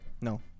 no